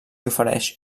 ofereix